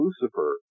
Lucifer